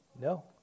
No